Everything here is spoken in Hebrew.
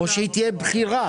או שהיה תהיה בכירה.